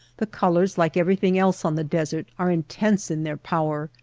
the colors, like everything else on the desert, are intense in their power,